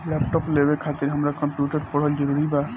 Laptop लेवे खातिर हमरा कम्प्युटर पढ़ल जरूरी बा?